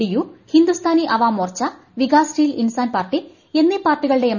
D U Hindustani Awam Morcha Vikassheel Insaan Party എന്നീ പാർട്ടികളുടെ M